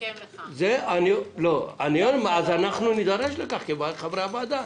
אנחנו נידרש לכך כחברי הוועדה.